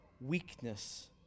weakness